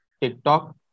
TikTok